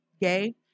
gay